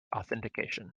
authentication